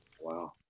Wow